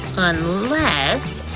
unless,